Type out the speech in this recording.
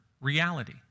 reality